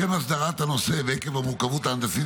לשם הסדרת הנושא ועקב המורכבות ההנדסית